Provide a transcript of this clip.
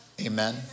Amen